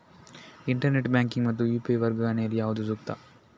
Internet banking ಮತ್ತು UPI ವರ್ಗಾವಣೆ ಯಲ್ಲಿ ಯಾವುದು ಸೂಕ್ತ?